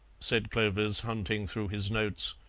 said clovis, hunting through his notes.